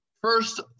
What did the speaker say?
first